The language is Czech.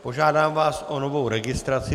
Požádám vás o novou registraci.